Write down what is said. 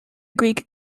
greek